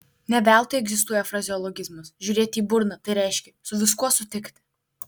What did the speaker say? ne veltui egzistuoja frazeologizmas žiūrėti į burną tai reiškia su viskuo sutikti